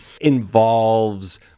involves